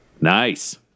Nice